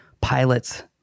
pilots